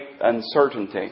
uncertainty